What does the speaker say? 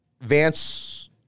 Vance